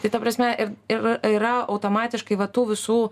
tai ta prasme ir ir yra automatiškai va tų visų